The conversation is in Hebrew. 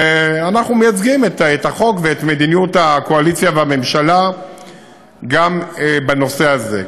אנחנו מייצגים את החוק ואת מדיניות הקואליציה והממשלה גם בנושא הזה.